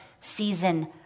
season